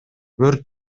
өрт